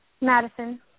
Madison